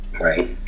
Right